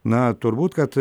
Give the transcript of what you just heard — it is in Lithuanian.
na turbūt kad